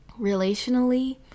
relationally